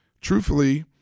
Truthfully